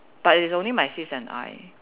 but it's only my sis and I